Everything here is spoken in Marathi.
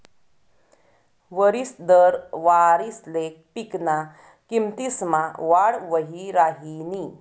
वरिस दर वारिसले पिकना किमतीसमा वाढ वही राहिनी